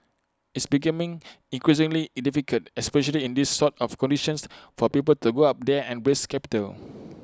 it's becoming increasingly in difficult especially in these sort of conditions for people to go up there and raise capital